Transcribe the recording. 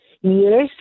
Yes